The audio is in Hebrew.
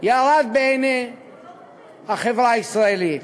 ירד בעיני החברה הישראלית.